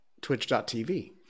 twitch.tv